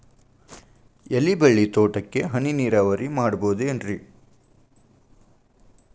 ಎಲೆಬಳ್ಳಿ ತೋಟಕ್ಕೆ ಹನಿ ನೇರಾವರಿ ಮಾಡಬಹುದೇನ್ ರಿ?